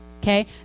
Okay